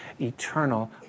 eternal